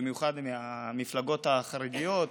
במיוחד מהמפלגות החרדיות,